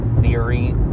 theory